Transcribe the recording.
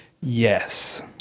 Yes